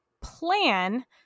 plan